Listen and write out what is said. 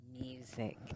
music